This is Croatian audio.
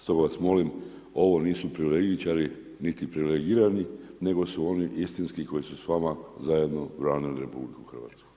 Stoga vas molim, ovo nisu privilegičari niti privilegirani, nego su oni istinski koji su s vama zajedno branili RH.